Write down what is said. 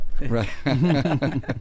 right